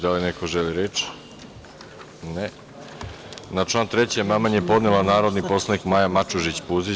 Da li neko želi reč? (Ne) Na član 3. amandman je podnela narodni poslanik Maja Mačužić Puzić.